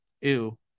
ew